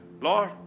Lord